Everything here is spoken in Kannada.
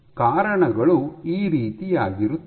ಕಾರಣಗಳು ಈ ರೀತಿಯಾಗಿರುತ್ತವೆ